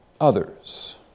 others